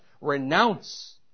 renounce